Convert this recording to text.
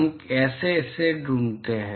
हम इसे कैसे ढूंढते हैं